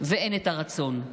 ואין הרצון.